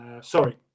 Sorry